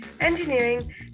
engineering